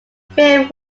film